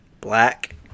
Black